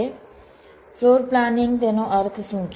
floor planning તેનો અર્થ શું છે